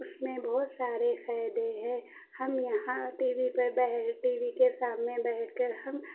اس میں بہت سارے فائدے ہیں ہم یہاں ٹی وی پہ بیٹھ ٹی وی کے سامنے بیٹھ کر ہم